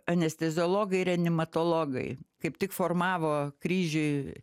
anesteziologai reanimatologai kaip tik formavo kryžiuj